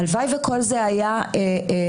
הלוואי וכל זה היה לשווא.